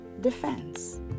defense